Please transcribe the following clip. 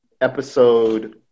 episode